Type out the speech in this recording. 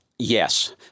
Yes